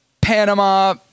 Panama